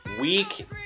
Week